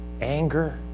anger